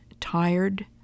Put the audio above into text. tired